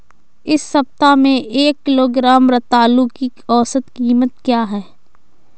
इस सप्ताह में एक किलोग्राम रतालू की औसत कीमत क्या है?